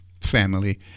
family